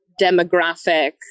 demographic